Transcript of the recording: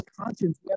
conscience